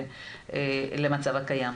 ומתאימה למצב הקיים.